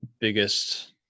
biggest